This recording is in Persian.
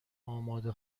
آماده